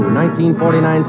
1949